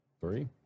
Three